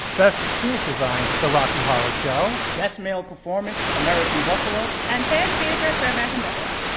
best scenic design, the rocky horror show. best male performance, american buffalo. and fan favorite, for american buffalo.